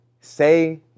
say